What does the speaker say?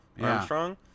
Armstrong